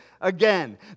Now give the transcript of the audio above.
again